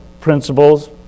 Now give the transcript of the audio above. principles